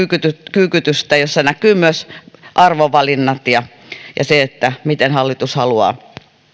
kyykytystä jossa näkyvät myös arvovalinnat ja ja se miten hallitus haluaa